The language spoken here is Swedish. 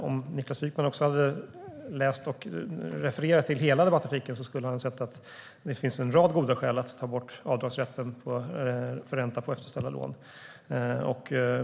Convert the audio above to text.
Om Niklas Wykman hade läst och refererat till hela debattartikeln skulle han ha sett att det finns en rad goda skäl att ta bort avdragsrätten för ränta på efterställda lån.